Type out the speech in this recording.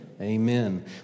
Amen